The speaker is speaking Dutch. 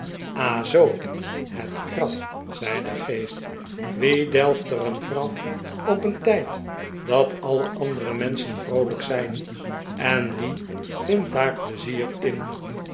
zoo het graf zei de geest wie delft er een graf op een tijd dat alle andere menschen vroolijk zijn en wie vindt daar pleizier in